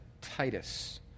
Titus